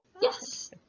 yes